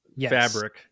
fabric